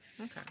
Okay